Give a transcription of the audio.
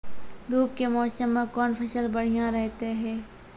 धूप के मौसम मे कौन फसल बढ़िया रहतै हैं?